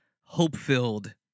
hope-filled